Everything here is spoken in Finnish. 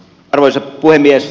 arvoisa puhemies